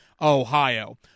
Ohio